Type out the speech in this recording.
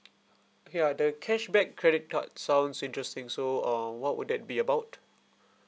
ya the cashback credit card sounds interesting so uh what would that be about